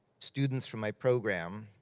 students from my program.